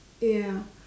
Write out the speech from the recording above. ya